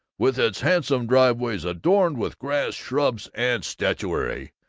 with its handsome driveways adorned with grass, shrubs, and statuary,